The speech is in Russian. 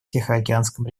тихоокеанском